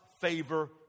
favor